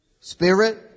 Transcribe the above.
spirit